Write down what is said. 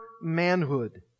manhood